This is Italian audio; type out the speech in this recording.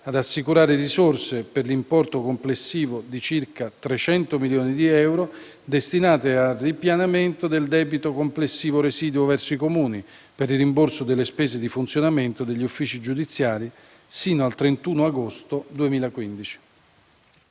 ad assicurare risorse, per l'importo complessivo di circa 300 milioni di euro, destinate al ripianamento del debito complessivo residuo verso i Comuni per il rimborso delle spese di funzionamento degli uffici giudiziari sino al 31 agosto 2015.